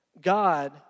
God